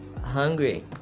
hungry